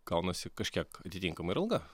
gaunasi kažkiek atitinkamai ir alga